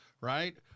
right